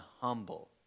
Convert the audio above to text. humble